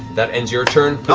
that ends your turn. ah